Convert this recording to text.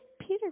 Peter